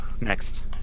next